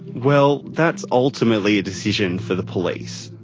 well, that's ultimately a decision for the police.